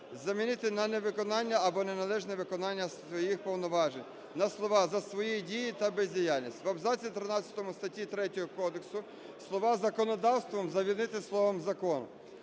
замінити на "невиконання або неналежне виконання своїх повноважень" - на слова "за свої дії та бездіяльність". В абзаці тринадцятому статті 3 кодексу слова "законодавством" замінити словом "закон".